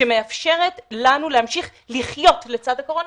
שתאפשר לנו להמשיך לחיות לצד הקורונה.